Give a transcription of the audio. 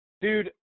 dude